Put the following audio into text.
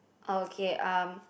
okay um